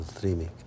dreaming